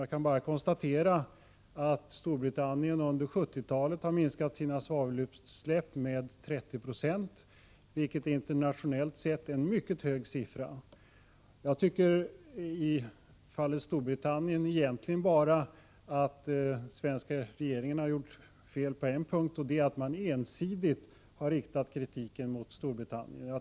Jag kan bara konstatera att Storbritannien under 1970-talet har minskat sina svavelutsläpp med 30 9, vilket internationellt sett är en mycket hög siffra. I fallet Storbritannien tycker jag att den svenska regeringen har gjort fel på egentligen bara en punkt. Det är att regeringen ensidigt har riktat kritiken mot Storbritannien.